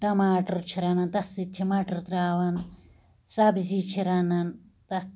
ٹماٹر چھ رنان تتھ سۭتۍ چھِ مَٹر تراوان سبزی چھِ رنان تتھ